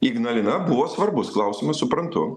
ignalina buvo svarbus klausimas suprantu